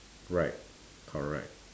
right correct